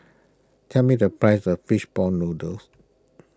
tell me the price of Fish Ball Noodles